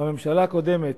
בממשלה הקודמת,